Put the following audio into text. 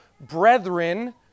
brethren